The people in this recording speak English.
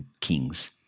Kings